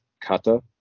kata